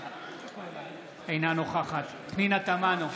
אינה נוכחת פנינה תמנו,